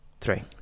three